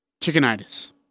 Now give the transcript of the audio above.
Chickenitis